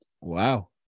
Wow